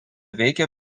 veikė